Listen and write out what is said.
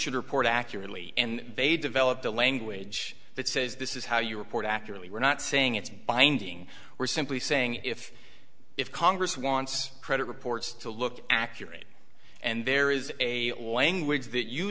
should report accurately and they developed a language that says this is how you report accurately we're not saying it's binding we're simply saying if if congress wants credit reports to look accurate and there is a language that you